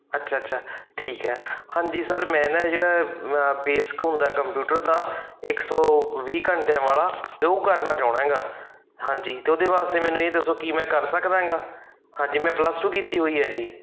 ਅੱਛਾ ਅੱਛਾ ਠੀਕ ਹੈ ਹਾਂਜੀ ਸਰ ਮੈਂ ਨਾ ਜਿਹੜਾ ਬੇਸਕ ਹੁੰਦਾ ਕੰਪਿਊਟਰ ਦਾ ਇੱਕ ਸੌ ਵੀਹ ਘੰਟਿਆਂ ਵਾਲਾ ਅਤੇ ਉਹ ਕਰਨਾ ਚਾਹੁੰਦਾ ਗਾ ਹਾਂਜੀ ਅਤੇ ਉਹਦੇ ਵਾਸਤੇ ਮੈਨੂੰ ਇਹ ਦੱਸੋ ਕੀ ਮੈਂ ਕਰ ਸਕਦਾ ਗਾ ਹਾਂਜੀ ਮੈਂ ਪਲੱਸ ਟੂ ਕੀਤੀ ਹੋਈ ਹੈ ਜੀ